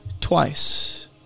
twice